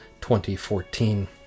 2014